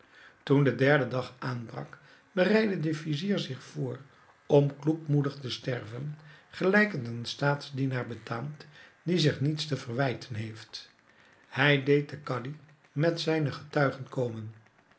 toen de derde dag aanbrak bereidde de vizier zich voor om kloekmoedig te sterven gelijk het een staatsdienaar betaamt die zich niets te verwijten heeft hij deed den kadi met zijne getuigen komen